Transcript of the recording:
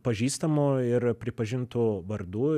pažįstamų ir pripažintų vardų